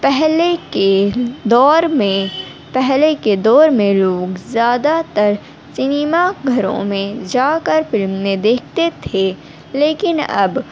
پہلے کے دور میں پہلے کے دور میں لوگ زیادہ تر سنیما گھروں میں جا کر فلمیں دیکھتے تھے لیکن اب